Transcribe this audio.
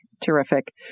terrific